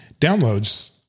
downloads